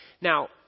Now